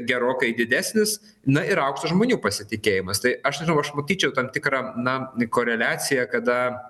gerokai didesnis na ir aukštas žmonių pasitikėjimas tai aš nežinau aš matyčiau tam tikrą na koreliacija kada